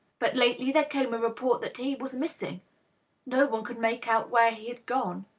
but lately there came a report that he was missing no one could make out where he had gone.